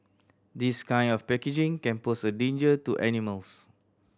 this kind of packaging can pose a danger to animals